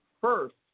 first